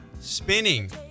Spinning